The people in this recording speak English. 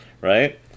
right